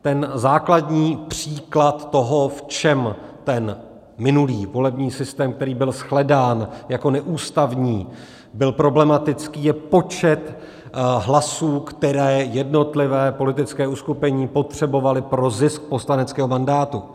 Ten základní příklad toho, v čem minulý volební systém, který byl shledán jako neústavní, byl problematický, je počet hlasů, který jednotlivá politická uskupení potřebovala pro zisk poslaneckého mandátu.